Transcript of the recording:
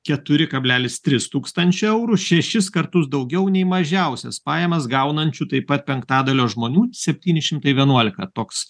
keturi kablelis tris tūkstančio eurų šešis kartus daugiau nei mažiausias pajamas gaunančių taip pat penktadalio žmonių septyni šimtai vienuolika toks